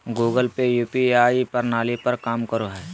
Google Pay UPI प्रणाली पर काम करो हय